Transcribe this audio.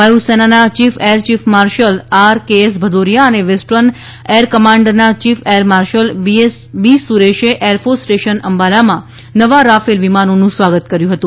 વાયુસેનાના chief air chief marshal R K S Bhadauria અને western air કમાન્ડના ચીફ એર માર્શલ બી સુરેશે એર ફોર્સ સ્ટેશન અંબાલામાં નવા રાફેલ વિમાનોનું સ્વાગત કર્યું હતું